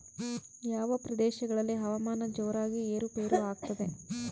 ಯಾವ ಪ್ರದೇಶಗಳಲ್ಲಿ ಹವಾಮಾನ ಜೋರಾಗಿ ಏರು ಪೇರು ಆಗ್ತದೆ?